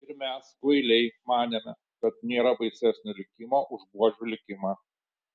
ir mes kvailiai manėme kad nėra baisesnio likimo už buožių likimą